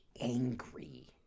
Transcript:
angry